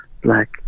black